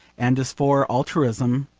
and as for altruism,